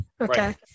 Okay